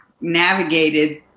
navigated